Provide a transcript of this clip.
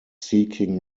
seeking